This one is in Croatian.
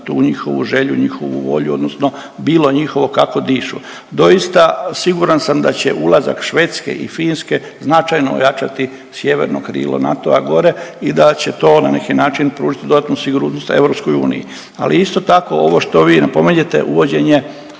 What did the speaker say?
tu njihovu želju i njihovu volju, odnosno bilo njihovo kako dišu. Doista siguran sam da će ulazak Švedske i Finske značajno ojačati sjeverno krilo NATO gore i da će to na neki način pružiti dodatnu sigurnost EU. Ali isto tako ovo što vi napominjete uvođenje